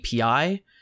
API